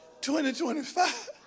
2025